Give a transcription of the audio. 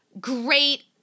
great